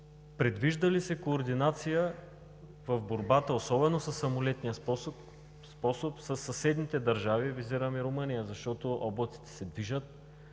предвижда ли се координация в борбата, особено със самолетния способ, със съседните държави, визирам и Румения? Защото облаците се движат